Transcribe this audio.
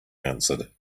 answered